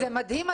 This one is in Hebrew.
זה מדהים,